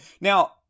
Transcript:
Now